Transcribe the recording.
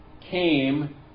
came